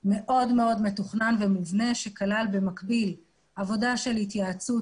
מאוד מאוד מתוכנן ומובנה שכלל במקביל עבודה של התייעצות